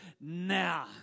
now